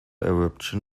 eruption